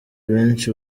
benshi